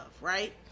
right